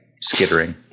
skittering